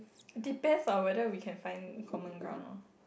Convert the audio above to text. depends on whether we can find common ground or not